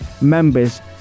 members